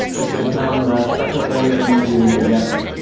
it's become a special thing that we do together.